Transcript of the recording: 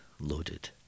loaded